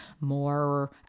more